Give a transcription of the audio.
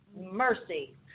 Mercy